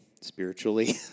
spiritually